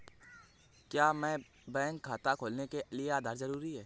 क्या बैंक खाता खोलने के लिए आधार कार्ड जरूरी है?